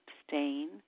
abstain